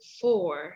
four